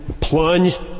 plunged